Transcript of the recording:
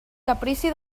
caprici